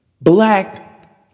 black